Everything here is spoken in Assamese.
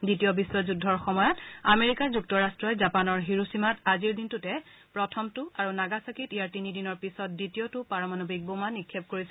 দ্বিতীয় বিশ্ব যুদ্ধৰ সময়ত আমেৰিকা যুক্তৰাট্টই জাপানৰ হিৰোশ্বিমাত আজিৰ দিনটোতে প্ৰথমটো আৰু নাগাছাকিত ইয়াৰ তিনিদিনৰ পিছত দ্বিতীয়টো পাৰমাণৱিক বোমা নিক্ষেপ কৰিছিল